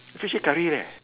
fish head curry leh